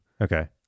Okay